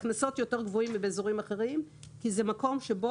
בו הקנסות יותר גבוהים מאשר באזורים אחרים כי זה מקום שבו